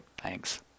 thanks